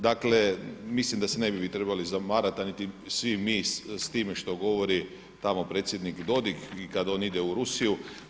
Dakle mislim da se ne bi vi trebali zamarati, a niti svi mi s time što govori tamo predsjednik Dodig i kada on ide u Rusiju.